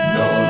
no